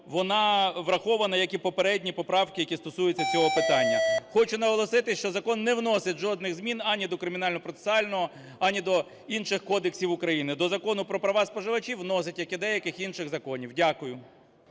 вона врахована, як і попередні поправки, які стосуються цього питання. Хочу наголосити, що закон не вносить жодних змін ані до Кримінально-процесуального, ані до інших кодексів України, до Закону про права споживачів вносить, як і деяких інших законів. Дякую.